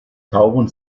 tauchen